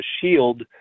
shield